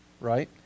right